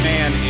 Man